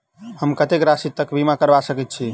हम कत्तेक राशि तकक बीमा करबा सकैत छी?